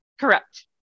Correct